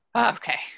Okay